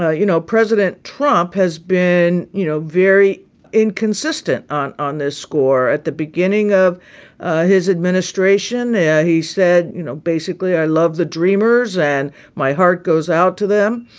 ah you know, president trump has been, you know, very inconsistent on on this score at the beginning of his administration. yeah he said, you know, basically, i love the dreamers and my heart goes out to them.